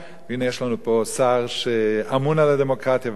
יש לנו פה שר שאמון על הדמוקרטיה ומבין